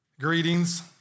greetings